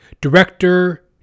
Director